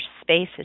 spaces